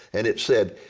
and it said,